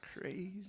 crazy